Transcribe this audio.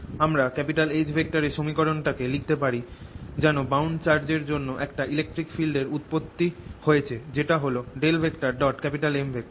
আমরা H এর সমীকরণটাকে লিখতে পারি যেন বাউন্ড চার্জ এর জন্য একটা ইলেকট্রিক ফিল্ড এর উৎপত্তি হয়েছে যেটা হল M